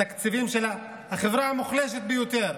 בתקציבים של החברה המוחלשת ביותר.